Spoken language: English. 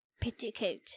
Petticoat